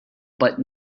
but